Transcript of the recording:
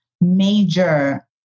major